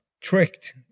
tricked